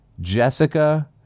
Jessica